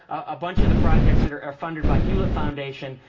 a bunch of the projects that are funded by hewlett foundation,